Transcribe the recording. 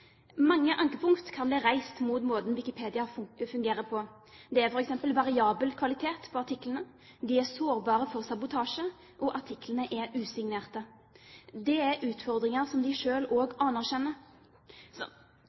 Mange ankepunkt kan bli reist mot måten Wikipedia fungerer på. Det er f.eks. variabel kvalitet på artiklene, de er sårbare for sabotasje, og artiklene er usignerte. Det er utfordringer som de